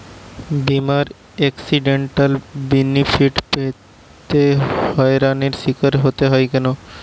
বিমার accidental benefit পেতে হয়রানির স্বীকার হতে হয় কেন?